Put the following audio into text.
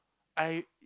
I